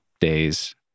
days